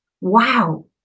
wow